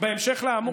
בהמשך לאמור,